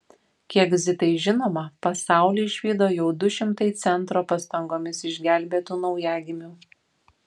kiek zitai žinoma pasaulį išvydo jau du šimtai centro pastangomis išgelbėtų naujagimių